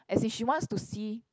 as in she wants to see